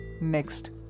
Next